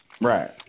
Right